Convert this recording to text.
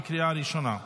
בקריאה ראשונה.